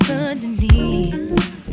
underneath